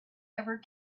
ever